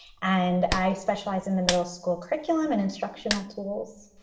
and i specialize in the middle school curriculum and instructional tools.